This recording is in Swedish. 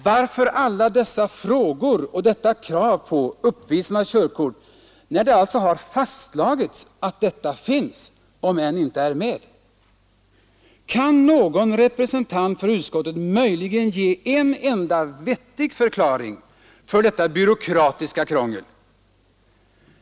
Varför alla dessa frågor och detta krav på uppvisandet av körkortet, när det alltså har fastslagits, att detta finns, om det än inte är med? Kan någon representant för utskottet möjligen ge en enda vettig förklaring till detta byråkratiska krångel?